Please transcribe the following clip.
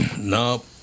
No